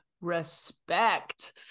respect